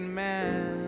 man